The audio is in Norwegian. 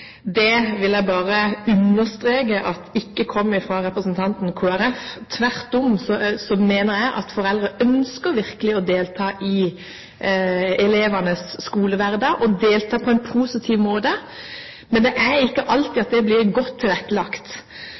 Det vil jeg bare understreke at ikke kom fra representanten fra Kristelig Folkeparti. Tvert om mener jeg at foreldre virkelig ønsker å delta i elevenes skolehverdag og delta på en positiv måte, men det er ikke alltid det blir godt tilrettelagt.